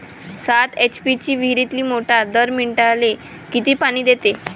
सात एच.पी ची विहिरीतली मोटार दर मिनटाले किती पानी देते?